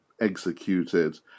executed